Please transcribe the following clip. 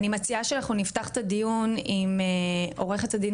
אני מציעה שאנחנו נפתח את הדיון עם עורכת הדין,